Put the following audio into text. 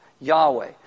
Yahweh